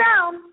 down